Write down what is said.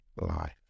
life